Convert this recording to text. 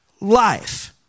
life